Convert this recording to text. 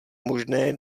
možné